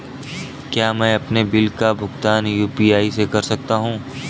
क्या मैं अपने बिल का भुगतान यू.पी.आई से कर सकता हूँ?